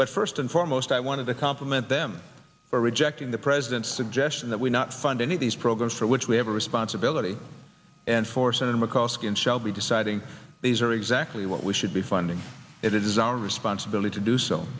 but first and foremost i want to compliment them for rejecting the president's suggestion that we not fund any of these programs for which we have a responsibility and force and mccoskey and shall be deciding these are exactly what we should be funding it is our responsibility to do so